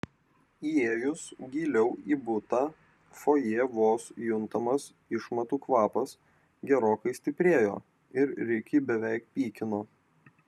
įėjus giliau į butą fojė vos juntamas išmatų kvapas gerokai stiprėjo ir rikį beveik pykino